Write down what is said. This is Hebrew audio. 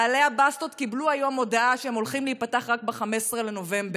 בעלי הבאסטות קיבלו היום הודעה שהם הולכים להיפתח רק ב-15 בנובמבר.